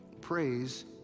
Praise